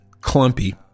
clumpy